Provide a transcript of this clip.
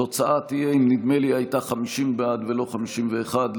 התוצאה הייתה 50 בעד ולא 51,